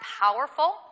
powerful